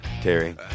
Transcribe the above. terry